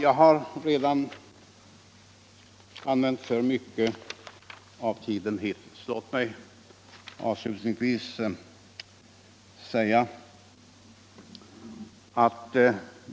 Jag har redan använt mer tid än jag har antecknat mig för.